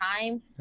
time